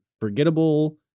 forgettable